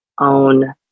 own